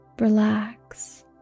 relax